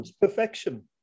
perfection